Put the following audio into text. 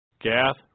gath